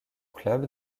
club